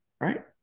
Right